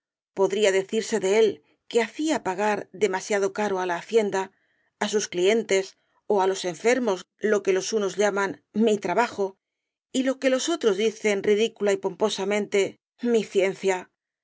podría decirse de él que hacía pagar demasiado caro á la hacienda á sus clientes ó á los enfermos lo que los unos llaman mi trabajo y lo que los otros dicen ridicula y pomposamente mi ciencia